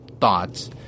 thoughts